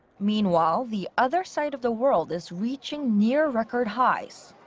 meanwhile, the other side of the world is reaching near-record highs.